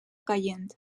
caient